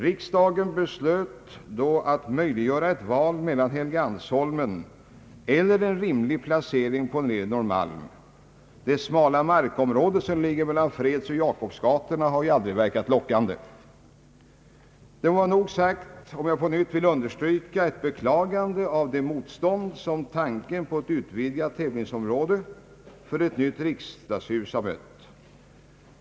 Riksdagen beslöt då att möjliggöra ett val mellan Helgeandsholmen och en rimlig placering på Nedre Norrmalm. Det smala markområde som ligger mellan Fredsoch Jakobsgatorna har aldrig verkat lockande. Det må vara nog sagt om jag på nytt vill understryka ett beklagande av det motstånd som tanken på ett utvidgat tävlingsområde för ett nytt riksdagshus har mött.